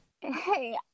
Hey